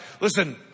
Listen